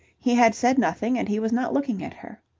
he had said nothing and he was not looking at her.